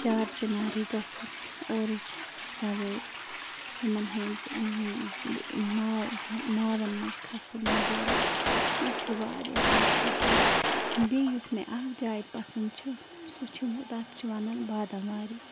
چار چِناری گَژھُن اورٕچ سَوٲر یمن ہنٛز ناو ناون منٛز کھسُن وغیرہ یہِ تہِ چھُ وارِیاہ زیادٕ پسنٛد بیٚیہِ یُس مےٚ اَکھ جاے پسنٛد چھُ سُہ چھُ تَتھ چھِ وَنان بادم واری